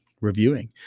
reviewing